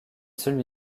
celui